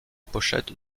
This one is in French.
pochette